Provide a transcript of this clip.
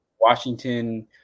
Washington